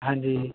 ਹਾਂਜੀ